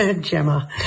Gemma